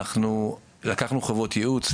אנחנו לקחנו חברות ייעוץ.